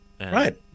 Right